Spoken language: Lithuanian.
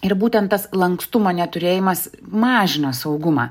ir būtent tas lankstumo neturėjimas mažina saugumą